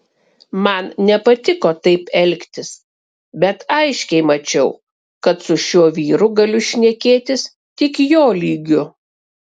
man nepatiko taip elgtis bet aiškiai mačiau kad su šiuo vyru galiu šnekėtis tik jo lygiu